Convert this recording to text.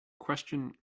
question